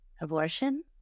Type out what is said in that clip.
Abortion